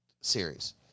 series